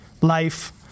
life